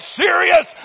serious